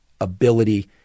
ability